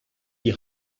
die